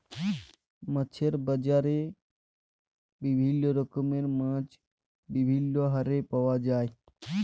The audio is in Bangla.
মাছের বাজারে বিভিল্য রকমের মাছ বিভিল্য হারে পাওয়া যায়